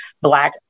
Black